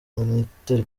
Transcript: military